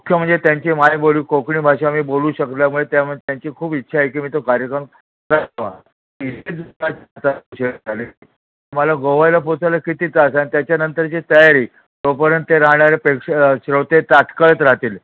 मुख्य म्हणजे त्यांची मायबोली कोकणी भाषा मी बोलू शकल्यामुळे त्यामुळे त्यांची खूप इच्छा आहे की मी तो कार्यक्रम करावा आम्हाला गोव्याला पोचायला किती त्रास आहे आणि त्याच्यानंतरची तयारी तोपर्यंत ते राहणाऱ्या पेक्षा श्रोते ताटकळत राहतील